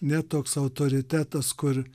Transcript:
ne toks autoritetas kur